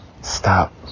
stop